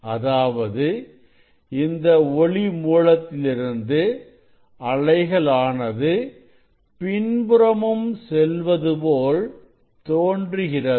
அதாவது இந்த ஒளி மூலத்திலிருந்து அலைகள் ஆனது பின்புறமும் செல்வது போல் தோன்றுகிறது